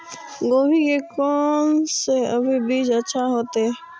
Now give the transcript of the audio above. गोभी के कोन से अभी बीज अच्छा होते?